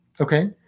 Okay